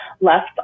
Left